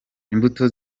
imbuto